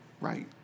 right